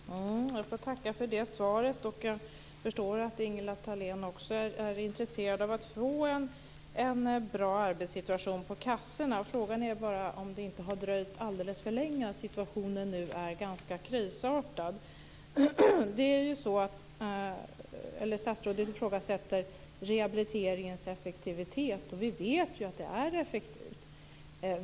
Herr talman! Jag får tacka för det svaret. Jag förstår att Ingela Thalén också är intresserad av att få en bra arbetssituation på kassorna. Frågan är bara om det inte har dröjt alldeles för länge. Situationen nu är ganska krisartad. Statsrådet ifrågasätter rehabiliteringens effektivitet. Vi vet ju att den är effektiv.